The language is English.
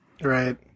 right